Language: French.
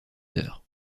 heures